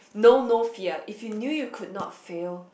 know no fear if you knew you could not fail